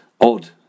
odd